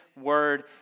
word